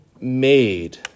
made